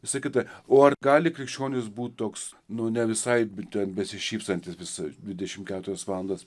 visa kita o ar gali krikščionis būti toks nu ne visai bet besišypsantis visą dvidešim keturias valandas